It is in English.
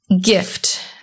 gift